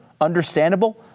understandable